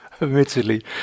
admittedly